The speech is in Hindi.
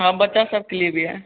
हाँ बच्चा सबके लिए भी है